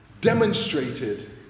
demonstrated